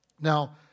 Now